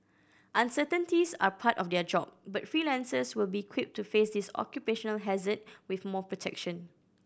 uncertainties are part of their job but freelancers will be equipped to face this occupational hazard with more protection